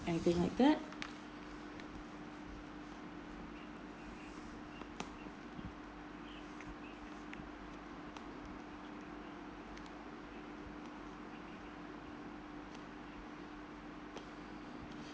anything like that